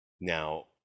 now